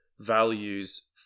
values